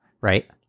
right